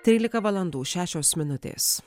trylika valandų šešios minutės